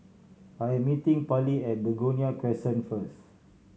I'm meeting Parley at Begonia Crescent first